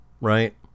right